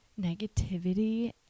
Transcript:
Negativity